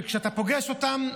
שכאשר אתה פוגש אותם,